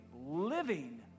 living